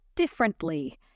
differently